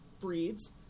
breeds